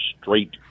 straight